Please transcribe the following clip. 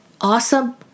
awesome